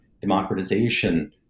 democratization